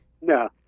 No